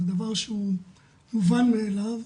זה דבר שהוא מובן מאליו.